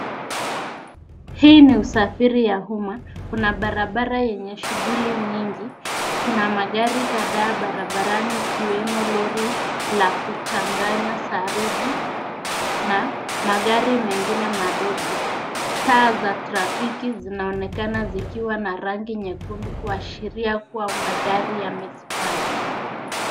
Hii ni usafiri ya umma, kuna barabara yenye shughuli nyingi. Kuna magari kadhaa barabarani ikiwemo lori la kuchanganya saruji na magari mengine madogo. Taa za trafiki zinaonekana zikiwa na rangi nyekundu kuashiria kuwa magari yamesimama.